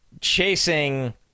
chasing